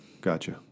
Gotcha